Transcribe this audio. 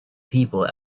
people